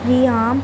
جی ہاں